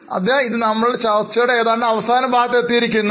അതിനാൽ ഇത് നമ്മളുടെ ചർച്ചയുടെ ഏതാണ്ട് അവസാനഭാഗത്ത് എത്തിയിരിക്കുന്നു